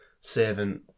servant